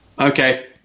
Okay